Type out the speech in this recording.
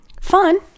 Fun